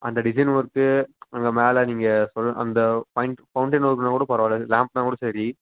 அந்த design work அந்த மேலே நீங்கள் சொல்லுங்கள் அந்த பாயிண்ட் ஃபவுண்டெயின் ஒர்க்குன்னால் கூட பரவாயில்ல லேம்ப்னால் கூட சரி